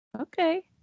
Okay